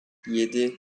yedi